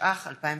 התשע"ח 2018,